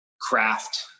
craft